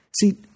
See